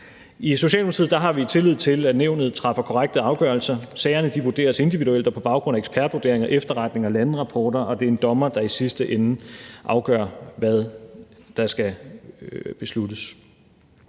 I Socialdemokratiet har vi tillid til, at nævnet træffer korrekte afgørelser. Sagerne vurderes individuelt og på baggrund af ekspertvurderinger, efterretninger og landerapporter, og det er en dommer, der i sidste ende afgør, hvad der skal besluttes.